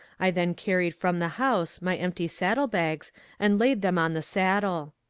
i then carried from the house my empty saddle bags and laid them on the saddle.